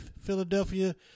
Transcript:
Philadelphia